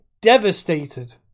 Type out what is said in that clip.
devastated